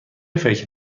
فکر